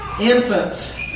Infants